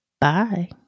Bye